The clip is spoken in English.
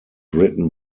written